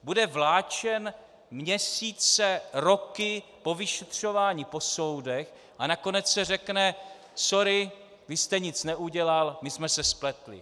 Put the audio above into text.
Bude vláčen měsíce, roky, po vyšetřování, po soudech, a nakonec se řekne: Sorry, vy jste nic neudělal, my jsme se spletli.